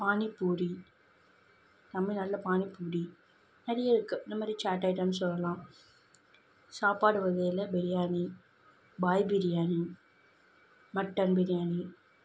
பானிபூரி தமிழ்நாட்ல பானிபூரி நிறைய இருக்குது இந்தமாதிரி சேட் ஐட்டம்ஸ் சொல்லலாம் சாப்பாடு வகையில் பிரியாணி பாய் பிரியாணி மட்டன் பிரியாணி